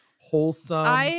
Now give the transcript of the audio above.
wholesome